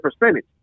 percentage